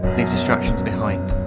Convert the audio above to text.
leave distractions behind.